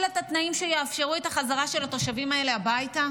את התנאים שיאפשרו את החזרה של התושבים האלה הביתה?